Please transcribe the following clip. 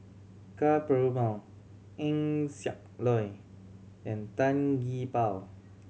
Ka Perumal Eng Siak Loy and Tan Gee Paw